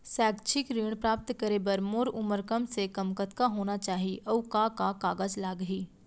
शैक्षिक ऋण प्राप्त करे बर मोर उमर कम से कम कतका होना चाहि, अऊ का का कागज लागही?